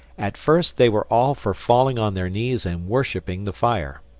at first they were all for falling on their knees and worshiping the fire.